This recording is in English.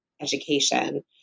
education